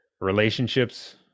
relationships